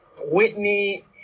Whitney